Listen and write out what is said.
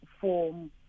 form